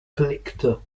collector